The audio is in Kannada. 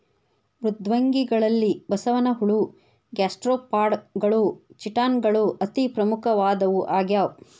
ಮೃದ್ವಂಗಿಗಳಲ್ಲಿ ಬಸವನಹುಳ ಗ್ಯಾಸ್ಟ್ರೋಪಾಡಗಳು ಚಿಟಾನ್ ಗಳು ಅತಿ ಪ್ರಮುಖವಾದವು ಆಗ್ಯಾವ